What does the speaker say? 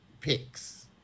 picks